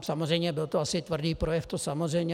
Samozřejmě, byl to asi tvrdý projev, to samozřejmě.